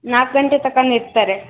ನಾಲ್ಕು ಗಂಟೆ ತನ್ಕನು ಇರ್ತಾರೆ